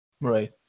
right